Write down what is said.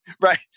right